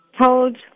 told